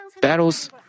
battles